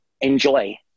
enjoy